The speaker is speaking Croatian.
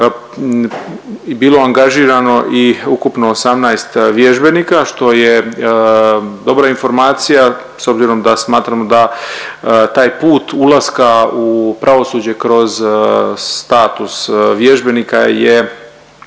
bilo angažirano i ukupno 18 vježbenika, što je dobra informacija s obzirom da smatram da taj put ulaska u pravosuđe kroz status vježbenika je